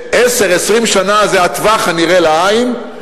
10 20 שנה זה הטווח הנראה לעין,